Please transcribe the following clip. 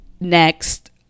Next